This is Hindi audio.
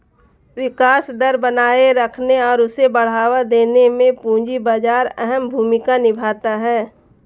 विकास दर बनाये रखने और उसे बढ़ावा देने में पूंजी बाजार अहम भूमिका निभाता है